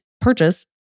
purchase